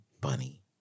Bunny